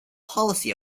policy